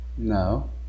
No